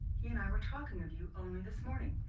he and i were talking of you only this morning.